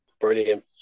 brilliant